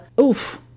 Oof